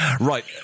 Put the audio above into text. right